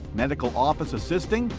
medical office assisting,